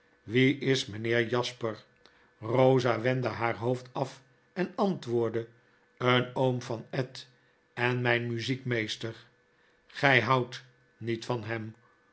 wie is mijnheer jasper eosa wendde haar hoofd af en antwoordde een oom van ed en myn muziekmeester grij houdt niet van hem